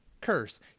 curse—